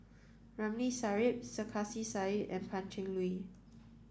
Ramli Sarip Sarkasi Said and Pan Cheng Lui